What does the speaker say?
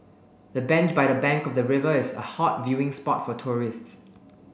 the bench by the bank of the river is a hot viewing spot for tourists